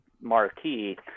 marquee